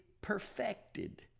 perfected